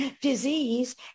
disease